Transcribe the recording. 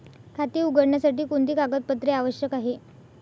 खाते उघडण्यासाठी कोणती कागदपत्रे आवश्यक आहे?